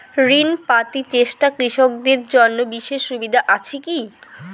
ঋণ পাতি চেষ্টা কৃষকদের জন্য বিশেষ সুবিধা আছি কি?